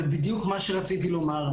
זה בדיוק מה שרציתי לומר.